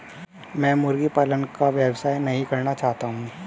मैं मुर्गी पालन का व्यवसाय नहीं करना चाहता हूँ